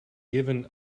given